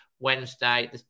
Wednesday